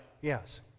Yes